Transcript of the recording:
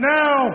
now